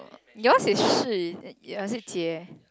yours is Shi is it or is it Jie